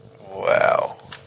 Wow